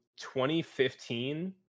2015